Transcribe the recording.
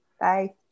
Bye